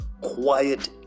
quiet